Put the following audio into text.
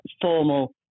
formal